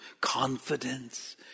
confidence